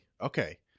Okay